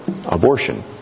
abortion